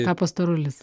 tapo storulis